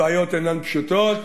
הבעיות אינן פשוטות,